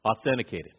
Authenticated